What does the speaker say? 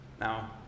Now